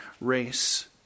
race